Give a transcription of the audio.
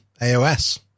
AOS